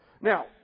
Now